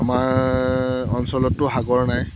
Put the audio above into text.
আমাৰ অঞ্চলতটো সাগৰ নাই